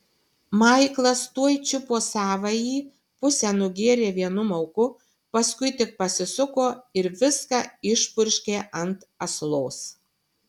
maiklas tuoj čiupo savąjį pusę nugėrė vienu mauku paskui tik pasisuko ir viską išpurškė ant aslos